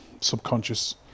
subconscious